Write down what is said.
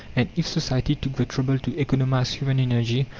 and if society took the trouble to economize human energy,